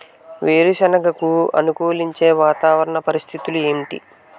వేరుసెనగ కి అనుకూలించే వాతావరణ పరిస్థితులు ఏమిటి?